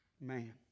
Man